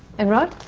and rod?